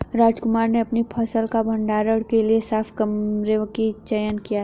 रामकुमार ने अपनी फसल के भंडारण के लिए साफ कमरे का चयन किया